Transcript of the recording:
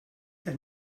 qed